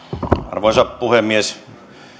arvoisa puhemies